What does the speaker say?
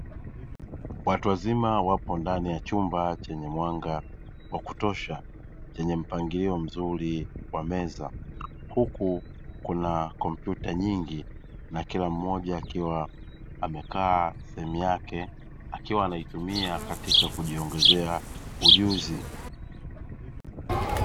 Watu wazima wapo ndani ya chumba chenye mwanga wa kutosha, chenye mpangilio mzuri wa meza, huku kuna kompyuta nyingi na kila mmoja amekaa sehemu yake, akiwa anaitumia katika kujiongezea ujuzi.